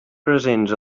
presents